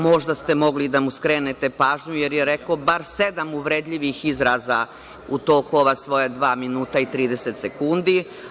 Možda ste mogli da mu skrenete pažnju, jer je rekao bar sedam uvredljivih izraza u toku ova svoja dva minuta i 30 sekundi.